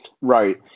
right